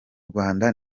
rwanda